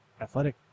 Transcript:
athletic